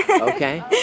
okay